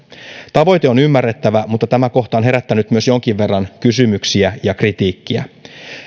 tavoite on ymmärrettävä mutta tämä kohta on herättänyt myös jonkin verran kysymyksiä ja kritiikkiä